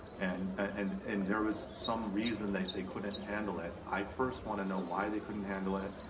and and and there was some reason that they couldn't handle it, i first wanna know why they couldn't handle it.